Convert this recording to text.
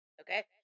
okay